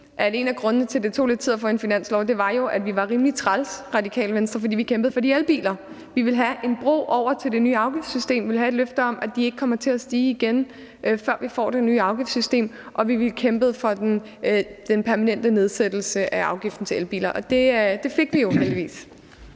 en af grundene til, at det tog lidt tid at få en finanslov, jo var, at vi i Radikale Venstre var rimelig trælse, fordi vi kæmpede for de elbiler. Vi ville have en bro over til det nye afgiftssystem. Vi ville have et løfte om, at de ikke kommer til at stige igen, før vi får det nye afgiftssystem, og vi kæmpede for den permanente nedsættelse af afgiften på elbiler. Og det fik vi jo heldigvis.